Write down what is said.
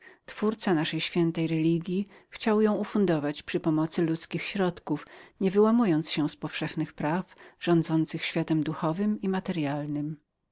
twórca naszej świętej religji chciał ją uzasadnić jedynie na powszechnych prawach natury nie wyłamując się z tychże praw raz przez siebie stworzonych i rządzących światem moralnym i materyalnym